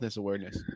awareness